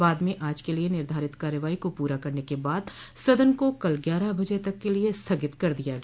बाद में आज के लिए निर्धारित कार्यवाही को पूरा करने के बाद सदन को कल ग्यारह बजे तक के लिए स्थगित कर दिया गया